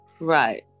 Right